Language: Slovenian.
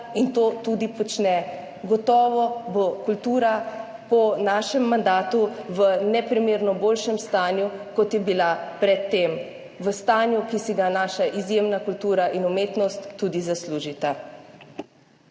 in to tudi počne. Gotovo bo kultura po našem mandatu v neprimerno boljšem stanju, kot je bila pred tem, v stanju, ki si ga naša izjemna kultura in umetnost tudi zaslužita.